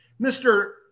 Mr